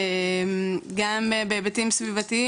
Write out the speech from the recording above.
גם בהיבטים סביבתיים,